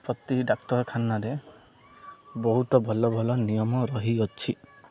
ପ୍ରତି ଡାକ୍ତରଖାନାରେ ବହୁତ ଭଲ ଭଲ ନିୟମ ରହିଅଛି